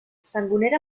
sangonera